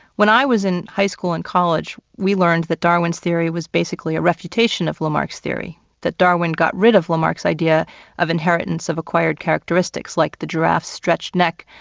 when i was in high school and college, we learned that darwin's theory was basically a refutation of lamarck's theory that darwin got rid of lamarck's idea of inheritance of acquired characteristics like the giraffe's stretched neck.